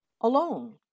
alone